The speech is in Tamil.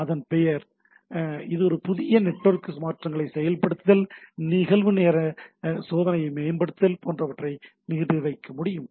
இதன் அர்த்தம் இது புதிய நெட்வொர்க் மாற்றங்களை செயல்படுத்துதல் நிகழ்நேர சோதனையை மேம்படுத்துதல் போன்றவற்றை நிர்வகிக்க முடியும்